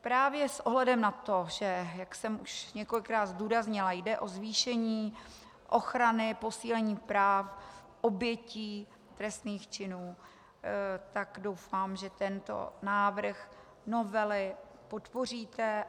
Právě s ohledem na to, jak jsem už několikrát zdůraznila, že jde o zvýšení ochrany, posílení práv obětí trestných činů, doufám, že tento návrh novely podpoříte.